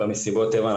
במסיבות טבע,